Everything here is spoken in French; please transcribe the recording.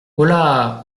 holà